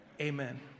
Amen